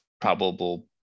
probable